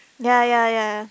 ya ya ya